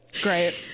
great